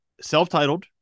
self-titled